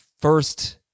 first